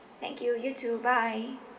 thank you you too bye